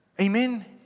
Amen